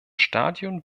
stadion